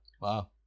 Wow